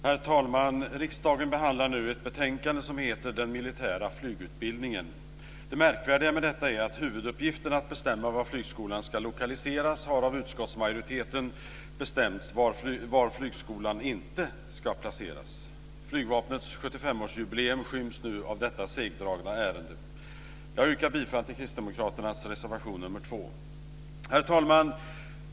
Herr talman! Riksdagen behandlar nu ett betänkande som heter Den militära flygutbildningen m.m. Det märkvärdiga med detta är att huvuduppgiften att bestämma var flygskolan ska lokaliseras av utskottsmajoriteten har lösts genom att man talar om var den inte ska placeras. Flygvapnets 75-årsjubileum skyms nu av detta segdragna ärende. Jag yrkar bifall till kristdemokraternas reservation nr 2. Herr talman!